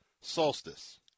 solstice